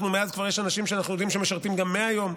מאז אנחנו יודעים שיש אנשים שמשרתים גם 100 יום.